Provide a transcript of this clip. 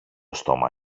στόμα